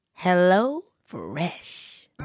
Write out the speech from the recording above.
HelloFresh